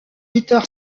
peter